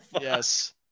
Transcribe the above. Yes